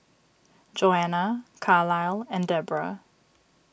Johana Carlisle and Deborah